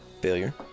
Failure